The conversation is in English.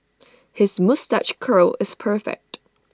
his moustache curl is perfect